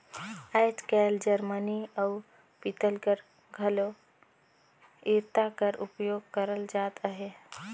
आएज काएल जरमनी अउ पीतल कर घलो इरता कर उपियोग करल जात अहे